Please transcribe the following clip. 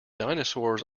dinosaurs